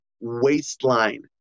waistline